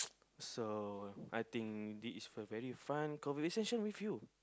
so I think this is a very fun conversation with you